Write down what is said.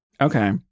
Okay